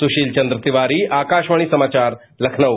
सुशील चन्द्र तिवारी आकाशवाणी समाचार लखनऊ